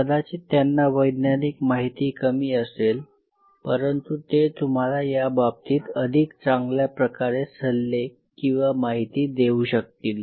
कदाचित त्यांना वैज्ञानिक माहीत कमी असेल परंतु ते तुम्हाला याबाबतीत अधिक चांगल्या प्रकारे सल्ले किंवा माहिती देऊ शकतील